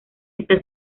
está